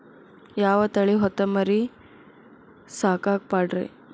ಯಾವ ತಳಿ ಹೊತಮರಿ ಸಾಕಾಕ ಪಾಡ್ರೇ?